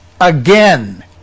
again